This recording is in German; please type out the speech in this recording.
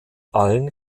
allen